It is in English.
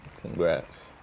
Congrats